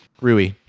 Rui